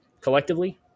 Collectively